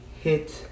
hit